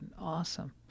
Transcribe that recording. awesome